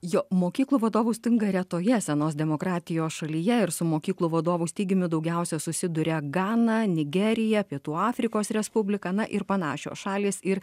jo mokyklų vadovų stinga retoje senos demokratijos šalyje ir su mokyklų vadovų stygiumi daugiausia susiduria gana nigerija pietų afrikos respublika na ir panašios šalys ir